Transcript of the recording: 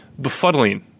befuddling